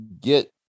get